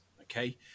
okay